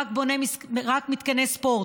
רק מתקני ספורט.